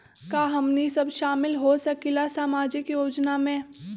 का हमनी साब शामिल होसकीला सामाजिक योजना मे?